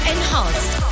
Enhanced